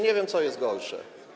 Nie wiem, co jest gorsze.